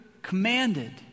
commanded